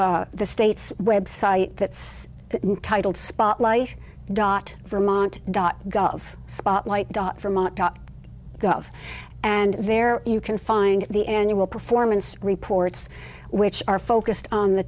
it's the state's website that's titled spotlight dot vermont dot gov spotlight dot vermont dot gov and there you can find the annual performance reports which are focused on the